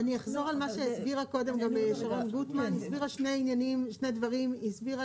אני אחזור על מה שהסבירה קודם גם דרום גוטמן שני דברים הסבירה